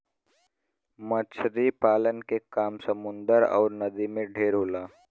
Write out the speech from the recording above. मछरी पालन के काम समुन्दर अउर नदी में ढेर होला